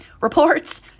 Reports